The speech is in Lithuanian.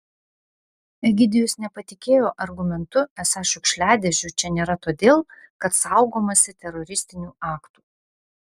egidijus nepatikėjo argumentu esą šiukšliadėžių čia nėra todėl kad saugomasi teroristinių aktų